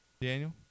Daniel